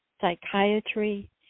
psychiatry